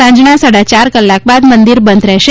સાંજના સાડાચાર કલાક બાદ મંદિર બંધ રહેશે